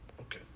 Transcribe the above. Okay